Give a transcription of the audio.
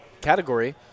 category